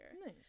Nice